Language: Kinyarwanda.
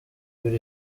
ibiri